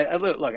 look